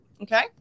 Okay